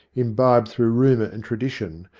imbibed through rumour and tradition,